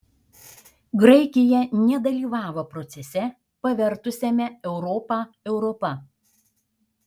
graikija nedalyvavo procese pavertusiame europą europa